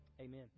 amen